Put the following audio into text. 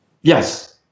Yes